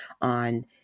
on